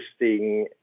interesting